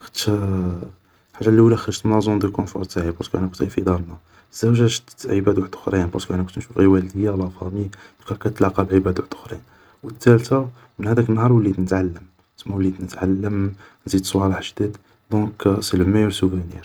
خاطش الحاجة اللولة خرجت من لازون دو كونفور تاعي, بارسكو انا كنت غي في دارنا, الزاوجة شت عيباد وحدخرين بارسكو انا كنت نشوف غي والديا, لا فامي, دروك هاكا تتلاقا بعباد وحدخرين, و التالت من هاداك نهار وليت نتعلم, وليت نتعلم صوالح جدد, دونك سي لو مايور سوفونير